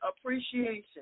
appreciation